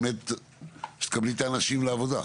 שתקבלי את האנשים לעבודה,